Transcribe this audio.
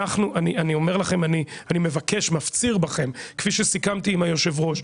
אני אומר לכם אני מבקש מפציר בכם כפי שסיכמתי עם היושב ראש,